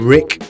Rick